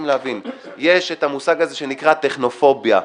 יש את המושג הזה שנקרא טכנו-פוביה,